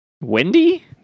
Wendy